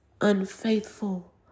unfaithful